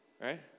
right